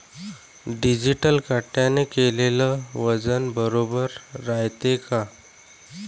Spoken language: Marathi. डिजिटल काट्याने केलेल वजन बरोबर रायते का?